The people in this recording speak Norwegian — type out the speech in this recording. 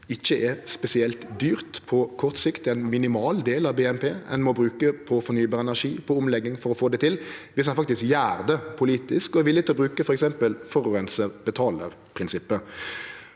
ikkje er spesielt dyrt på kort sikt. Det er ein minimal del av BNP ein må bruke på fornybar energi og på omlegging for å få det til, om ein faktisk gjer det politisk og er villig til å bruke f.eks. forureinar-betaler-prinsippet.